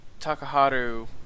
Takaharu